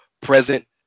present